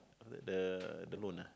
the the loan ah